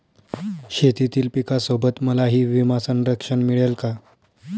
शेतीतील पिकासोबत मलाही विमा संरक्षण मिळेल का?